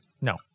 No